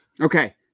Okay